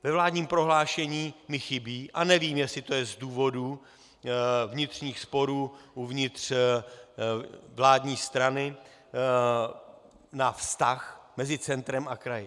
Ve vládním prohlášení mi chybí, a nevím, jestli to je z důvodů vnitřních sporů uvnitř vládní strany, vztah mezi centrem a kraji.